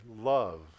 love